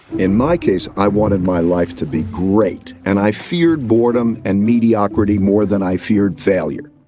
in my case, i wanted my life to be great, and i feared boredom and mediocrity more than i feared failure.